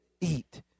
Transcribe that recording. eat